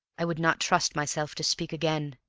i would not trust myself to speak again.